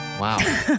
Wow